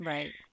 Right